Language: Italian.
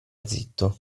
zitto